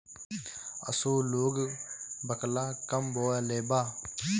असो लोग बकला कम बोअलेबा